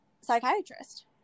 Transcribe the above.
psychiatrist